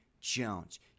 Jones